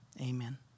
Amen